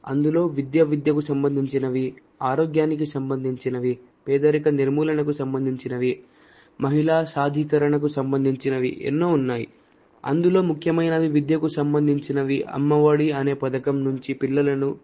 అందులో విద్యా విద్యకు సంబంధించినవి ఆరోగ్యానికి సంబంధించినవి పేదరిక నిర్మూలనకు సంబంధించినవి మహిళ సాధీకరణకు సంబంధించినవి ఎన్నో ఉన్నాయి అందులో ముఖ్యమైనవి విద్యకు సంబంధించినవి అమ్మ ఒడి అనే పథకం నుంచి పిల్లలను